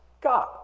God